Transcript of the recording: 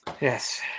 Yes